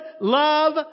love